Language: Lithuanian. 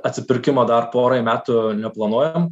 atsipirkimo dar porai metų neplanuojam